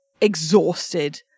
exhausted